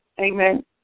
Amen